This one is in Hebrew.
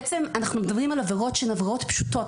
בעצם, אנחנו מדברים על עבירות שהן עבירות פשוטות.